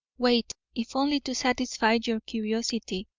wait, if only to satisfy your curiosity.